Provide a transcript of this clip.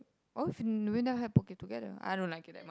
I was Novena have poke together I don't like it there